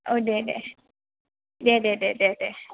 औ दे दे दे दे दे